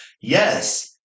Yes